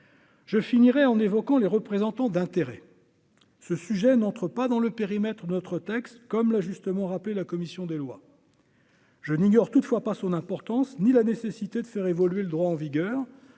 je finirai en évoquant les représentants d'intérêts, ce sujet n'entre pas dans le périmètre notre texte, comme l'a justement rappelé la commission des lois. Je n'ignore toutefois pas son importance ni la nécessité de faire évoluer le droit en vigueur,